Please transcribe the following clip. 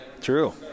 True